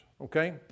okay